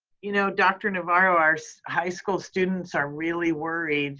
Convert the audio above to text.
you know, dr. navarro, our high school students are really worried